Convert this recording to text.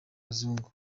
abazungu